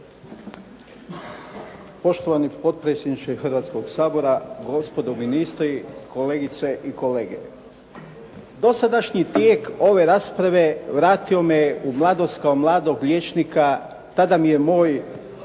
Poštovani potpredsjedniče Hrvatskoga sabora, gospodo ministri, kolegice i kolege. Dosadašnji tijek ove rasprave vratio me je u mladost kao mladog liječnika, tada mi je moj